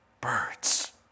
birds